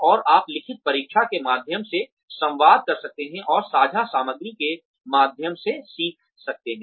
और आप लिखित परीक्षा के माध्यम से संवाद कर सकते हैं और साझा सामग्री के माध्यम से सीख सकते हैं